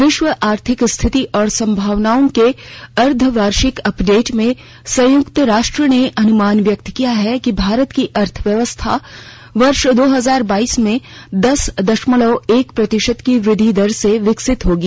विश्व आर्थिक स्थिति और संभावनाओं के अर्द्ववार्षिक अपडेट में संयुक्तराष्ट्र ने अनुमान व्यक्त किया है कि भारत की अर्थव्यवस्था वर्ष दो हजार बाइस में दस दशमलव एक प्रतिशत की वृद्धि दर से विकसित होगी